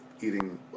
eating